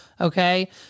Okay